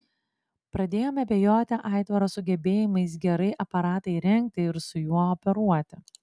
pradėjome abejoti aitvaro sugebėjimais gerai aparatą įrengti ir su juo operuoti